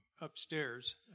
upstairs